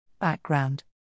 Background